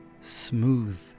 smooth